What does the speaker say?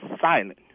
silent